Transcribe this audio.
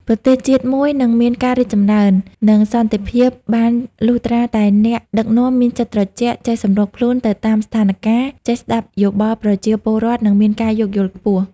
ប្រទេសជាតិមួយនឹងមានការរីកចម្រើន និងសន្តិភាពបានលុះត្រាតែអ្នកដឹកនាំមានចិត្តត្រជាក់ ចេះសម្របខ្លួនទៅតាមស្ថានការណ៍ ចេះស្ដាប់យោបល់ប្រជាពលរដ្ឋ និងមានការយោគយល់ខ្ពស់។